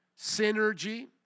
Synergy